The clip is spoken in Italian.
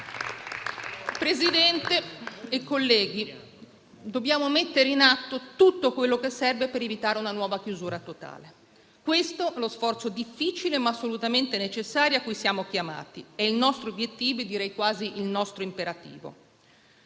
Presidente, colleghi, dobbiamo mettere in atto tutto quello che serve per evitare una nuova chiusura totale. Questo è lo sforzo difficile, ma assolutamente necessario, a cui siamo chiamati: è il nostro obiettivo, direi quasi il nostro imperativo,